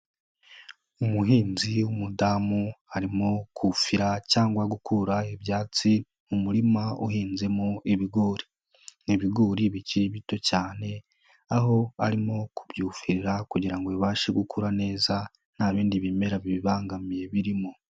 Umuhinzi w'umudamu arimo kufira cyangwa gukura ibyatsi mu murima uhinzemo ibigori. Ni ibigori bikiri bito cyane, aho arimo kubyuhirira kugira ngo bibashe gukura neza nta bindi bimera bibibangamiye birimo.